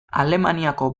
alemaniako